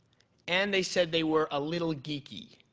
and they said they were a little geeky.